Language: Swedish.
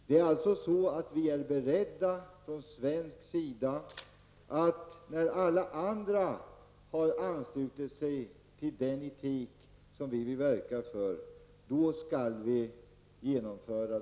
Vi är från svensk sida beredda att omsätta detta i praktiken när alla andra har anslutit sig till den etik som vi vill verka för, men inte förr.